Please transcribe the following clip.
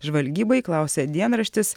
žvalgybai klausia dienraštis